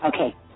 Okay